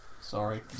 Sorry